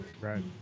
Right